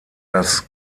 das